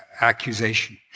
accusation